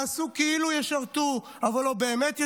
יעשו כאילו ישרתו, אבל לא באמת ישרתו,